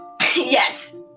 yes